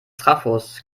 trafos